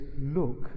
look